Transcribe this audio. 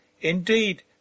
Indeed